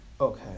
Okay